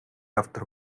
авдар